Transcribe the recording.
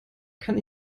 kann